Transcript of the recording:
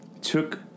took